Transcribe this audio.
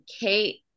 kate